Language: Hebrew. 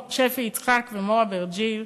שפי יצחק ומור אברג'יל,